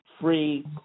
Free